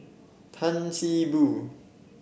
Tan See Boo